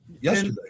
Yesterday